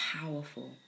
powerful